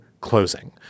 closing